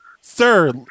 Sir